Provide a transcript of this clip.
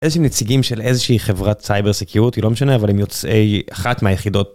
איזה נציגים של איזושהי חברת סייבר security היא לא משנה אבל אם יוצאי אחת מהיחידות.